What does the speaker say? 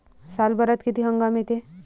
सालभरात किती हंगाम येते?